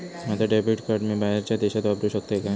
माझा debit card मी बाहेरच्या देशात वापरू शकतय काय?